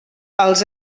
els